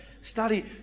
study